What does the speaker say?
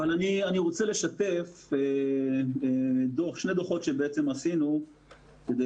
אבל אני רוצה לשתף שני דוחות שעשינו כדי